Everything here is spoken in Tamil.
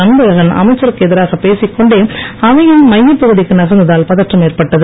அன்பழகன் அமைச்சருக்கு எதிராக பேசிக்கொண்டே அவையின் மையப்பகுதிக்கு நகர்ந்ததால் பதற்றம் ஏற்பட்டது